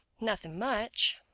nothing much.